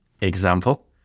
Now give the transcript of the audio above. example